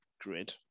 grid